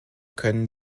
können